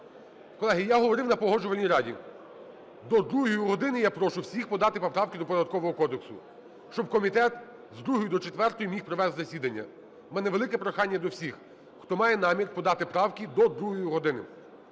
Колеги, я говорив на Погоджувальній раді: до 2 години я прошу всіх подати поправки до Податкового кодексу, щоб комітет з 2-ї до 4-ї міг провести засідання. У мене велике прохання до всіх, хто має намір подати правки, – до 2 години.